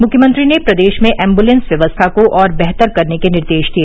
मुख्यमंत्री ने प्रदेश में एम्बुलेंस व्यवस्था को और बेहतर करने के निर्देश दिए